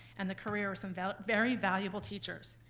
and the career of some very very valuable teachers.